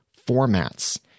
formats